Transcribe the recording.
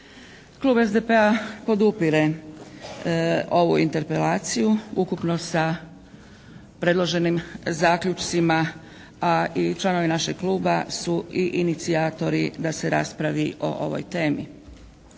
Klub SDP-a podupire ovu Interpelaciju ukupno sa predloženim zaključcima, a i članovi našeg kluba su i inicijatori da se raspravi o ovoj temi.